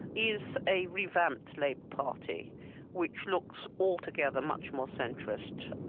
is a revamped labour party which looks altogether much more centrist,